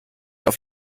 auf